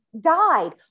died